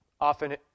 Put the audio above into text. often